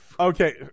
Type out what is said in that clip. Okay